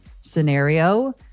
scenario